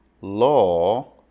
Law